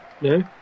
No